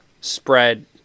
spread